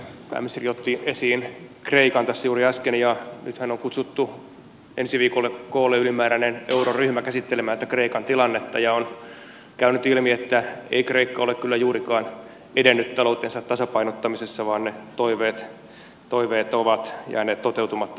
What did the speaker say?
pääministeri otti esiin kreikan tässä juuri äsken ja nythän on kutsuttu ensi viikolla koolle ylimääräinen euroryhmä käsittelemään tätä kreikan tilannetta ja on käynyt ilmi että ennen kristusta ikka ole kyllä juurikaan edennyt taloutensa tasapainottamisessa vaan ne toiveet ja tavoitteet jotka kreikalle on asetettu ovat jääneet toteutumatta